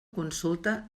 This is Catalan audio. consulta